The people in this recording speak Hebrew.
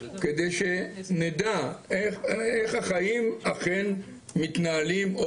כדי שנדע איך החיים אכן מתנהלים,